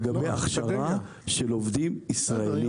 לגבי הכשרה של עובדים ישראלים.